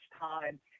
time